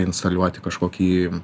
instaliuot į kažkokį